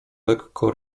lekko